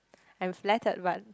I'm flattered but